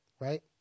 right